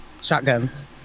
Shotguns